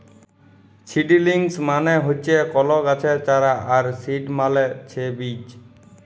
seedlings মানে হচ্যে কল গাছের চারা আর সিড মালে ছে বীজ